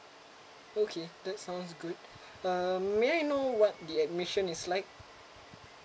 okay that's sounds good uh may I know what the admission is like